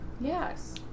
Yes